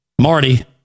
Marty